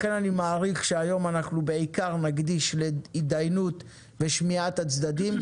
אני מעריך שהיום בעיקר נקדיש להתדיינות ושמיעת הצדדים.